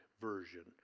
version